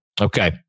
okay